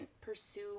pursue